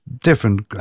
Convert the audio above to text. different